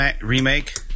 Remake